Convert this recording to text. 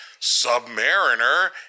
Submariner